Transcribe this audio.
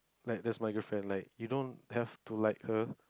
like that's my girlfriend like you don't have to like her